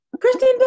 Kristen